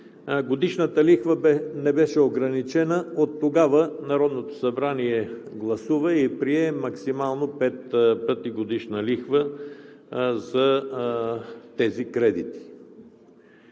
годишната лихва не беше ограничена, а оттогава Народното събрание гласува и прие максимално пет пъти годишна лихва за тези кредити.